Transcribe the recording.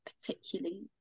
particularly